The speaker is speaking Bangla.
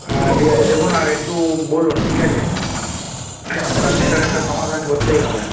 হ্যাঁ ঠিক আছে দেখুন আর একটু বলুন ঠিক আছে কারণ এটার একটা সমাধান করতেই হবে